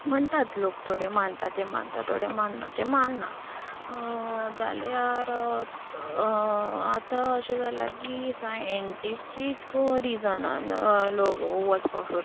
म्हणटात लोक थोडे मानता ते मानता थोडे मानना ते मानना जाल्यार आतां अशें जालां की सायेंटिफीक रिझनान लोक वचपाक सोदता